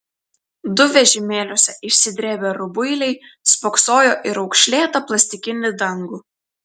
du vežimėliuose išsidrėbę rubuiliai spoksojo į raukšlėtą plastikinį dangų